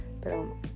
Pero